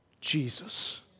Jesus